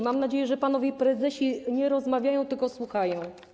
Mam nadzieję, że panowie prezesi nie rozmawiają, tylko słuchają.